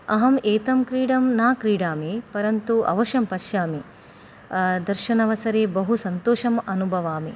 अहं एतं क्रीडां न क्रीडामि परन्तु अवश्यं पश्यामि दर्शानवसरे बहु सन्तोषम् अनुभवामि